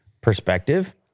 perspective